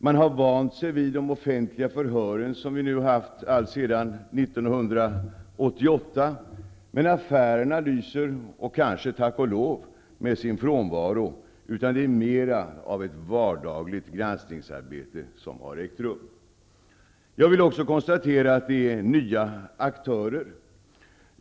Man har vant sig vid de offentliga förhör som vi har haft alltsedan 1988. Affärerna lyser -- tack och lov, skall man kanske säga -- med sin frånvaro. Det handlar mera om att ett vardagligt granskningsarbete har ägt rum. Det är nya aktörer.